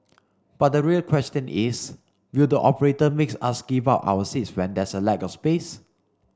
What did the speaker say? but the real question is will the operator make us give up our seats when there's a lack of space